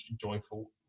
joyful